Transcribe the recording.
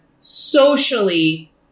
socially